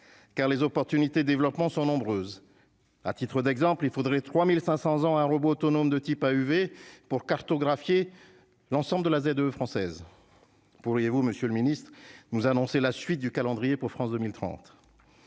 car les opportunités développement sont nombreuses à titre d'exemple, il faudrait 3500 ans un robot autonome de type à UV pour cartographier l'ensemble de la Z. française, pourriez-vous, Monsieur le Ministre, nous annoncer la suite du calendrier pour France 2030